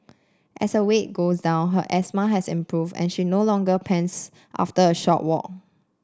as her weight goes down her asthma has improved and she no longer pants after a short walk